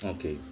Okay